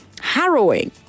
harrowing